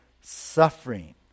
suffering